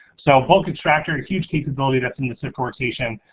so bulk extractor, huge capability that's in the sift workstation.